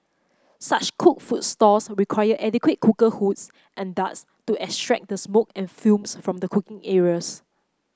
such cooked food stalls require adequate cooker hoods and ducts to extract the smoke and fumes from the cooking areas